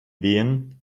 wehen